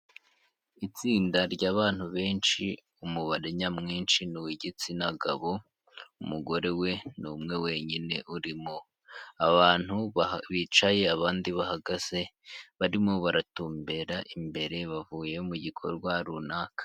Itsinda ry'abantu benshi, umubare nyamwinshi n'uw'igitsina gabo, umugore we ni umwe wenyine urimo, abantu bicaye abandi bahagaze, barimo baratumbera imbere bavuye mu gikorwa runaka.